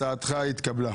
הצעתך התקבלה.